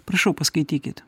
prašau paskaitykit